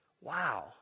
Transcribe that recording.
Wow